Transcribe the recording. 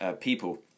people